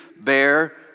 bear